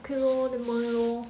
okay lor never mind lor